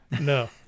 No